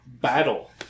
battle